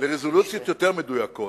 לרזולוציות יותר מדויקות,